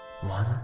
One